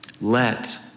Let